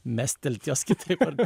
mestelt jos kitaip ar